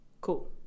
cool